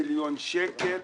שקלים